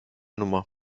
nummer